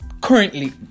Currently